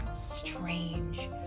strange